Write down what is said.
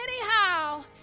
Anyhow